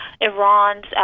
Iran's